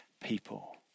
people